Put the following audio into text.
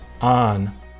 on